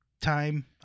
time